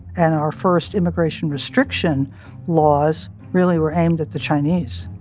and our first immigration restriction laws really were aimed at the chinese.